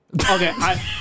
Okay